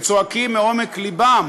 וצועקים מעומק לבם